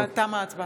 38 נגד,